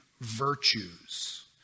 virtues